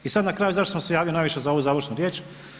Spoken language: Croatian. I sad na kraju zašto smo se javili najviše za ovu završnu riječ.